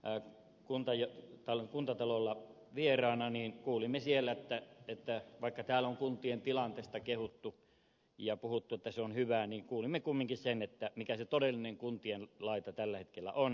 kun eilen kävimme hallintovaliokuntana kuntatalolla vieraana niin kuulimme siellä että vaikka täällä on kuntien tilanteesta kehuttu ja puhuttu että se on hyvä niin kuulimme kumminkin sen mikä se todellinen kuntien laita tällä hetkellä on